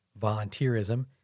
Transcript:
volunteerism